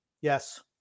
yes